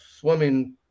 swimming